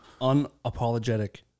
unapologetic